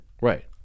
right